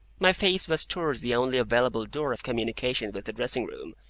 my face was towards the only available door of communication with the dressing-room,